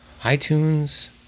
iTunes